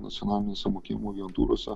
nacionalinėse mokėjimų agentūrose